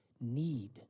need